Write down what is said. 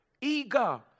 Eager